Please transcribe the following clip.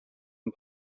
and